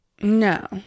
No